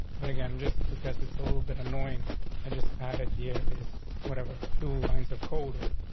but again, just because it's a little bit annoying i just added, here this whatever two lines of code or